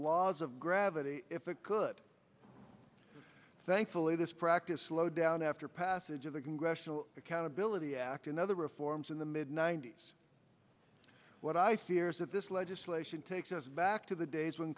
laws of gravity if it could thankfully this practice slowed down after passage of the congressional accountability act and other reforms in the mid ninety's what i fear is that this legislation takes us back to the days when